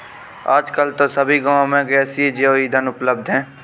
आजकल तो सभी गांव में गैसीय जैव ईंधन उपलब्ध है